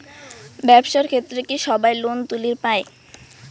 ব্যবসার ক্ষেত্রে কি সবায় লোন তুলির পায়?